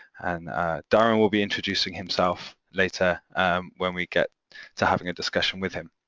and darrin will be introducing himself later when we get to having a discussion with him.